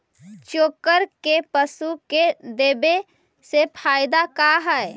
चोकर के पशु के देबौ से फायदा का है?